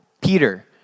Peter